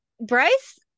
Bryce